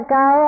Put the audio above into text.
go